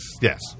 Yes